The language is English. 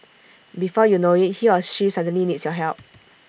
before you know IT he or she suddenly needs your help